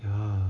ya